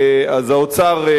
אז האוצר,